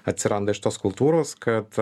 atsiranda iš tos kultūros kad